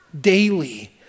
daily